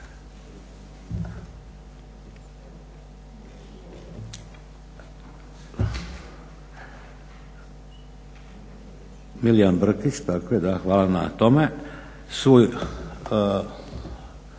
hvala na tome